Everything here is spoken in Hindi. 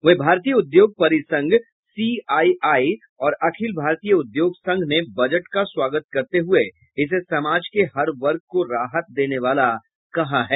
वही भारतीय उद्योग परिसंघ सीआईआई और अखिल भारतीय उद्योग संघ ने बजट का स्वागत करते हुए इसे समाज के हर वर्ग को राहत देने वाला कहा है